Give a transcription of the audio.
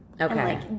Okay